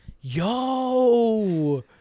Yo